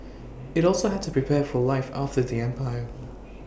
IT also had to prepare for life after the empire